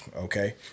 okay